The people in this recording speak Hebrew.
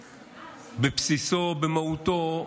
בבסיסו, במהותו,